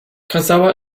kazała